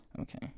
Okay